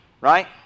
right